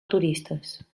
turistes